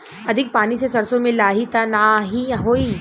अधिक पानी से सरसो मे लाही त नाही होई?